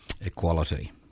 equality